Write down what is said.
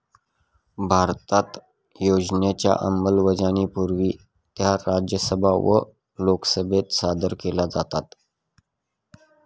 भारतात योजनांच्या अंमलबजावणीपूर्वी त्या राज्यसभा व लोकसभेत सादर केल्या जातात